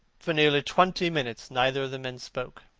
for nearly twenty minutes, neither of the men spoke.